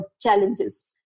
challenges